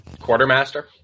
quartermaster